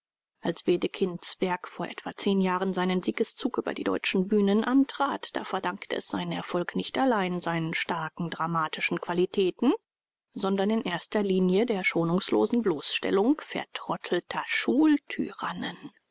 als wedekinds werk vor etwa jahren seinen siegeszug über die deutschen bühnen antrat da verdankte es seinen erfolg nicht allein seinen starken dramatischen qualitäten sondern in erster linie der schonungslosen bloßstellung vertrottelter